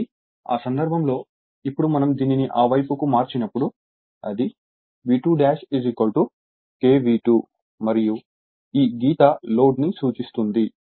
కాబట్టి ఆ సందర్భంలో ఇప్పుడు మనం దీనిని ఆ వైపుకు మార్చినప్పుడు అది V2 K V2 మరియు ఈ గీత లోడ్ ని సూచిస్తుంది